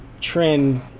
trend